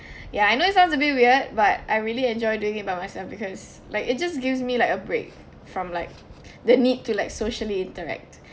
yeah I know it sounds a bit weird but I really enjoy doing it by myself because like it just gives me like a break from like the need to like socially interact